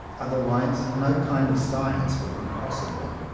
otherwise no kind of science would be possible.